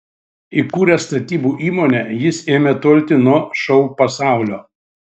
įkūręs statybų įmonę jis ėmė tolti nuo šou pasaulio